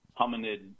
hominid